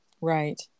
Right